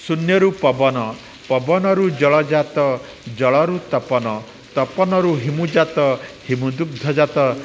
ଶୂନ୍ୟରୁ ପବନ ପବନରୁ ଜଳଜାତ ଜଳରୁ ତପନ ତପନରୁ ହିମୁଜାତ ହିମୁଦୁଗ୍ଧଜାତ